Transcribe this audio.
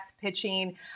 pitching